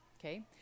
okay